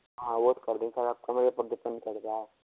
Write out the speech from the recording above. हाँ वो तो कर देंगे सर आपको मगर